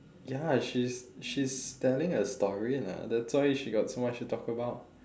ya she's she's telling a story lah that's why she got so much to talk about